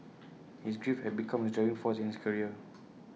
his grief had become his driving force in his career